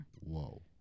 whoa